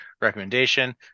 recommendation